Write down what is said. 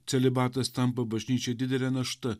celibatas tampa bažnyčiai didele našta